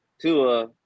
Tua